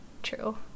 true